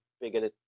bigger